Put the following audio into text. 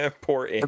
Poor